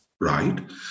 right